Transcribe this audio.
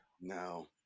No